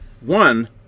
One